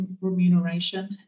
remuneration